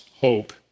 hope